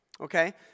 Okay